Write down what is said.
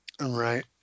Right